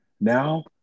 Now